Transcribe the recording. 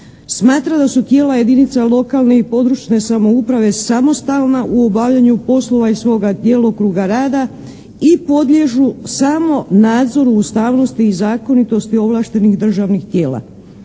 smatra da su tijela jedinica lokalne i područne samouprave samostalna u obavljanju poslova iz svoga djelokruga rada i podliježu samo nadzoru ustavnosti i zakonitosti ovlaštenih državnih tijela.